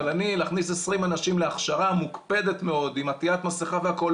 אבל להכניס 20 אנשים להכשרה מוקפדת מאוד עם עטיית מסיכה והכול,